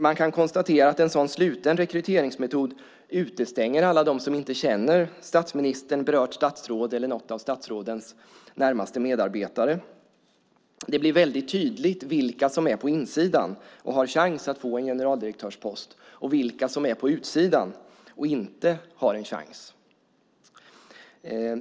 Man kan konstatera att en sådan sluten rekryteringsmetod utestänger alla dem som inte känner statsministern, berört statsråd eller någon av statsrådens närmaste medarbetare. Det blir tydligt vilka som är på insidan och har chans att få en generaldirektörspost och vilka som är på utsidan och inte har en chans.